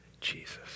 Jesus